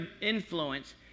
influence